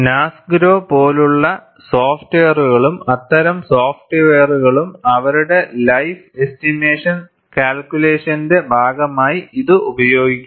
NASGRO പോലുള്ള സോഫ്റ്റ്വെയറുകളും അത്തരം സോഫ്റ്റ്വെയറുകളും അവരുടെ ലൈഫ് എസ്റ്റിമേഷൻ കാൽകുലേഷന്റെ ഭാഗമായി ഇത് ഉപയോഗിക്കുന്നു